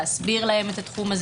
להסביר להם את התחום.